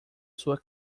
sua